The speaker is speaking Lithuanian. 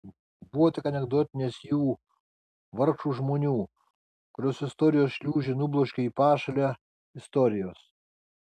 buvo tik anekdotinės jų vargšų žmonių kuriuos istorijos šliūžė nubloškė į pašalę istorijos